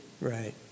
Right